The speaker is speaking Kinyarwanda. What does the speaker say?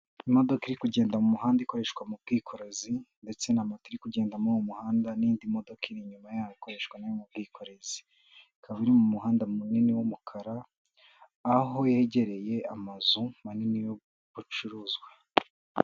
Imodoka iri kugenda mu muhanda ikoreshwa mu bwikorezi ndetse na moto iri kugenda mu muhanda n'indi modoka iri inyuma yayo ikoreshwa mu bwikorezi ikaba iri mu muhanda munini w'umukara aho yegereye amazu ma nini yo gucuruzwa.